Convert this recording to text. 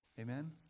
Amen